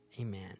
Amen